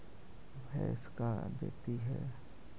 भैंस का देती है?